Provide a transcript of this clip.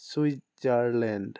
Switzerland